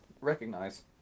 recognize